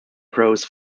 crows